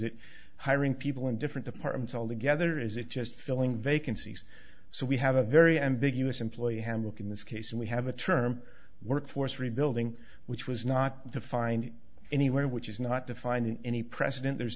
it hiring people in different departments altogether is it just filling vacancies so we have a very ambiguous employee handbook in this case and we have a term workforce rebuilding which was not to find anywhere which is not defined in any precedent there's